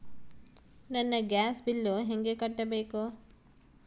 ನನ್ನ gas bill ಹೆಂಗ ಕಟ್ಟಬೇಕು?